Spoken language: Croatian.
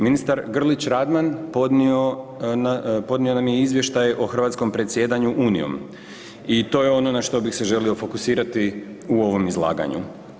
Ministar Grlić Radman podnio nam je izvještaj o hrvatskom predsjedanju Unijom i to je ono na što bih se želio fokusirati u ovom izlaganju.